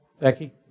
Becky